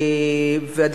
כאמור,